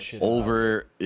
over